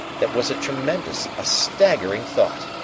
that was a tremendous, a staggering thought.